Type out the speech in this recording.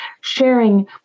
sharing